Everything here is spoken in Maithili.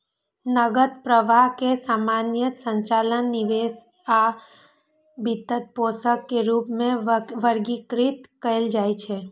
नकद प्रवाह कें सामान्यतः संचालन, निवेश आ वित्तपोषण के रूप मे वर्गीकृत कैल जाइ छै